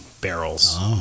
barrels